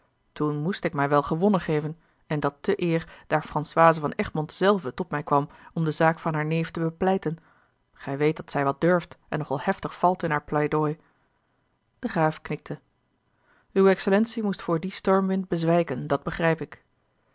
toen moest ik mij wel gewonnen geven en dat te eer daar frana l g bosboom-toussaint de delftsche wonderdokter rançoise van egmond zelve tot mij kwam om de zaak van haar neef te bepleiten gij weet dat zij wat durft en nogal heftig valt in haar pleidooi de graaf knikte uwe excellentie moest voor dien stormwind bezwijken dat begrijp ik